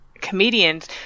comedians